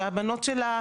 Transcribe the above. שהבנות שלה,